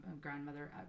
grandmother